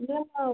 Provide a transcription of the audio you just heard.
இல்லைம்மா